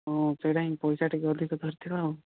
ହଁ ସେଇଟା ହିଁ ପଇସା ଟିକେ ଅଧିକ ଧରିଥିବା ଆଉ